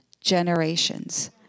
generations